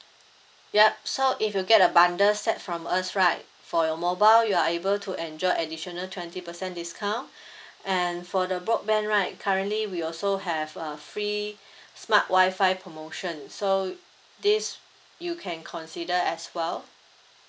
yup so if you get the bundle set from us right for your mobile you are able to enjoy additional twenty percent discount and for the broadband right currently we also have a free smart wifi promotion so this you can consider as well